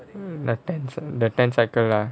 hmm the ten the ten cycle ah